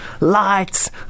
Lights